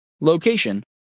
Location